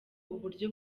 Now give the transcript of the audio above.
uburyo